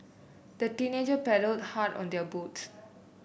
the teenagers paddled hard on their boats